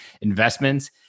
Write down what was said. investments